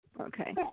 Okay